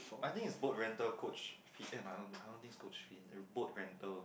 I think is boat rental coach fee eh I don't I don't think is coach fee and boat rental